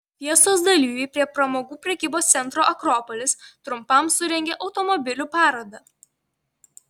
fiestos dalyviai prie pramogų prekybos centro akropolis trumpam surengė automobilių parodą